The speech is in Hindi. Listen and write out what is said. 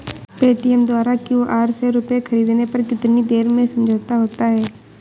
पेटीएम द्वारा क्यू.आर से रूपए ख़रीदने पर कितनी देर में समझौता होता है?